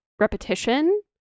repetition